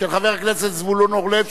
של חבר הכנסת זבולון אורלב,